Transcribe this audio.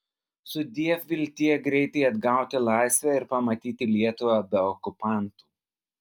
sudiev viltie greitai atgauti laisvę ir pamatyti lietuvą be okupantų